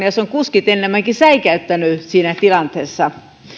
ja se on kuskit enemmänkin säikäyttänyt siinä tilanteessa